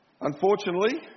Unfortunately